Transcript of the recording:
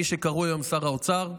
מי שקרוי היום שר האוצר,